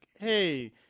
hey